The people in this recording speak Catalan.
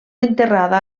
enterrada